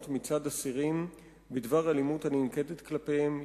מצד אסירים בדבר אלימות הננקטת כלפיהם,